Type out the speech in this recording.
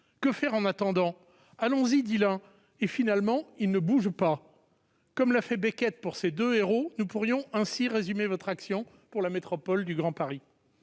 Que faire en attendant ?« Allons-y », dit l'un et, finalement, il ne bouge pas. Comme l'a fait Beckett pour ces deux héros, nous pourrions ainsi résumer votre action pour la métropole du Grand Paris.